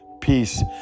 peace